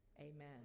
amen